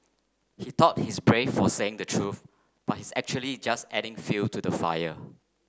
he thought he's brave for saying the truth but he's actually just adding fuel to the fire